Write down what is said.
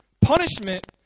Punishment